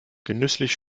genüsslich